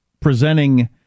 presenting